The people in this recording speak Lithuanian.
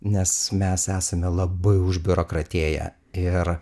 nes mes esame labai už biurokratėję ir